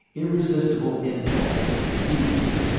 irresistible impulses seized him.